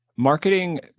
Marketing